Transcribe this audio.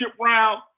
round